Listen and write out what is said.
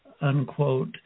unquote